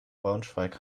braunschweig